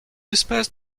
espèces